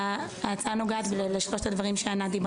ההצעה נוגעת לשלושת הדברים שענת דיברה עליהם.